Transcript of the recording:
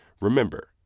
Remember